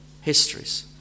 histories